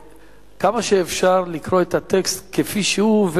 כמה שאפשר לקרוא את הטקסט כפי שהוא,